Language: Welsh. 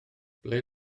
ble